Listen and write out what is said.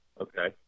Okay